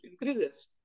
increases